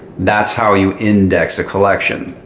that's how you index a collection.